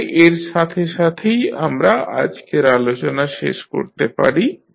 তাহলে এর সাথে সাথেই আমরা আজকের আলোচনা শেষ করতে পারি